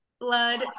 Blood